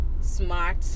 smart